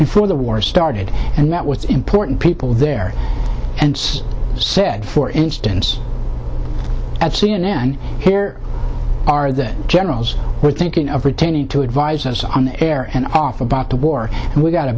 before the war started and that was important people there and said for instance at c n n here are the generals we're thinking of retaining to advise us on the air and off about the war and we got a